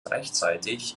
rechtzeitig